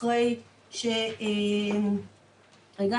אחרי הופקדה